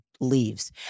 leaves